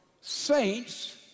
saints